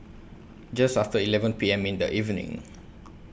Just after eleven P M in The evening